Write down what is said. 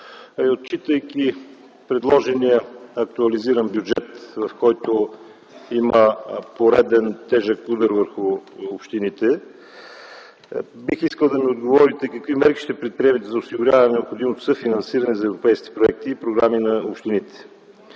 и отчитайки предложения актуализиран бюджет, в който има пореден тежък удар върху общините, бих искал да ми отговорите какви мерки ще предприемете за осигуряване на необходимото съфинансиране за европейските проекти и програми на общините.